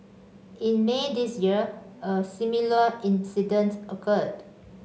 in May this year a similar incident occurred